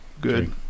good